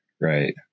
right